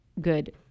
good